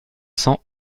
cents